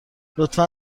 لطفا